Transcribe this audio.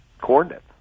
coordinates